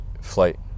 flight